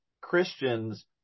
christians